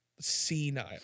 senile